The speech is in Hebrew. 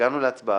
הגענו להצבעה.